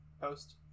post